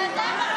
לא עשיתם כלום,